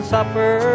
Supper